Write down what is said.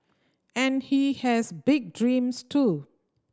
and he has big dreams too